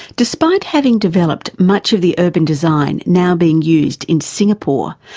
despite having developed much of the urban design now being used in singapore,